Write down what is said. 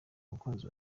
abakunzi